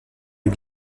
est